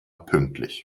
pünktlich